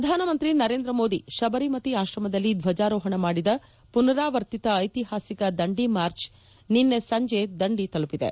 ಪ್ರಧಾನಮಂತ್ರಿ ನರೇಂದ್ರಮೋದಿ ಶಬರಮತಿ ಆಶ್ರಮದಲ್ಲಿ ಧ್ವಜಾರೋಪಣ ಮಾಡಿದ ಮನರಾವರ್ತಿತ ಐತಿಹಾಸಿಕ ದಂಡಿ ಮಾರ್ಚ್ ನಿನ್ನೆ ಸಂಜೆ ದಂಡಿ ತಲುಪಿದೆ